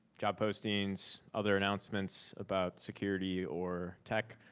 job postings, other announcements about security or tech.